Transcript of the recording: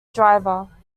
driver